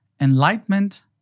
Enlightenment